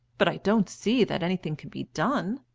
but i don't see that anything can be done.